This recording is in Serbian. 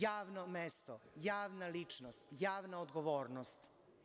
Javno mesto, javna ličnosti, javna odgovornost.